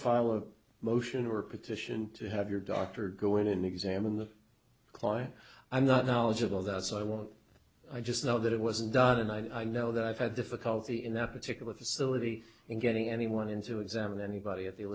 file a motion or petition to have your doctor go in and examine the client i'm not knowledgeable of that so i won't i just know that it wasn't done and i know that i've had difficulty in that particular facility in getting anyone in to examine anybody at th